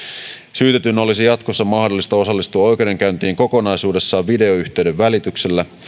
syytetyn olisi jatkossa mahdollista osallistua oikeudenkäyntiin kokonaisuudessaan videoyhteyden välityksellä